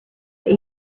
that